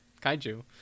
kaiju